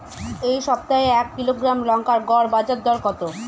এই সপ্তাহে এক কিলোগ্রাম লঙ্কার গড় বাজার দর কত?